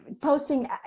posting